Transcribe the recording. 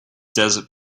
desert